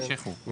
אנחנו